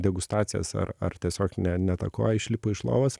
degustacijas ar ar tiesiog ne ne ta koja išlipo iš lovos